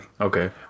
Okay